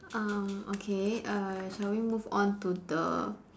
um okay uh shall we move on to the